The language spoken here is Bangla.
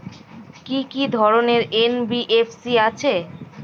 কি কি ধরনের এন.বি.এফ.সি আছে?